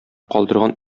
калдырган